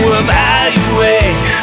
evaluate